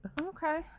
Okay